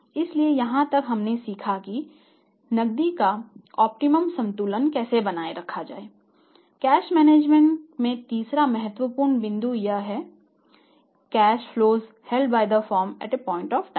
इसलिए यहां हम सीखते हैं कि नकदी का ऑप्टिमम